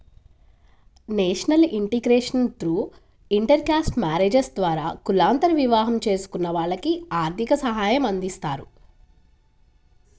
national integration through intercaste marriages ద్వారా కులాంతర వివాహం చేసుకున్న వాళ్లకి ఆర్థిక సాయమందిస్తారు